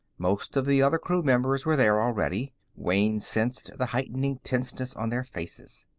most of the other crew-members were there already wayne sensed the heightening tenseness on their faces.